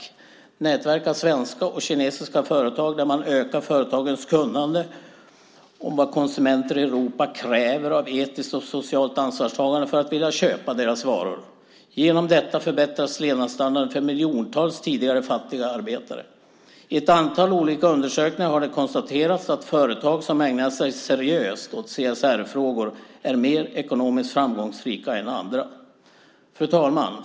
Det är nätverk av svenska och kinesiska företag där man ökar företagens kunnande om vad konsumenter i Europa kräver av etiskt och socialt ansvarstagande för att vilja köpa deras varor. Genom detta förbättras levnadsstandarden för miljontals tidigare fattiga arbetare. I ett antal olika undersökningar har det konstaterats att företag som ägnar sig seriöst åt CSR-frågor är mer ekonomiskt framgångsrika än andra. Fru talman!